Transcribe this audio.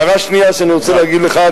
הערה שנייה שאני רוצה להגיד לך,